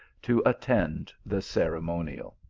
to attend the ceremonial.